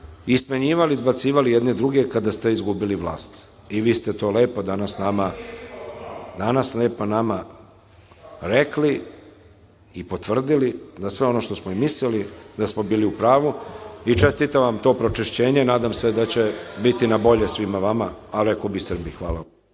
i smenjivali, izbacivali jedne druge kada ste izgubili vlast. Vi ste to lepo danas nama rekli i potvrdili da sve ono što smo mislili da smo bili u pravu. Čestitam to pročišćenje, nadam se da će biti na bolje svima vama, a rekao bih i Srbiji. Hvala